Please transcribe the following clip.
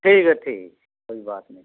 ठीक है ठीक कोई बात नहीं